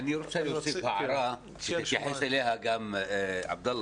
אני רוצה להוסיף הערה, שיתייחס אליה גם עבדאללה: